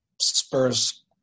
Spurs